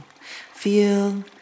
Feel